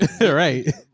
Right